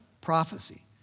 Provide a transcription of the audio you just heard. prophecy